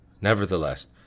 nevertheless